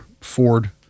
Ford